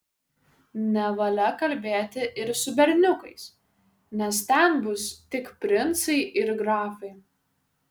nevalia kalbėti ir su berniukais nes ten bus tik princai ir grafai